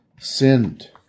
sinned